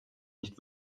nicht